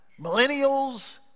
millennials